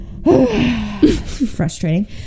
frustrating